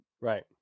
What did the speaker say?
right